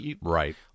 right